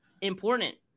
important